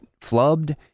flubbed